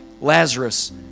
Lazarus